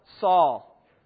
Saul